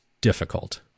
difficult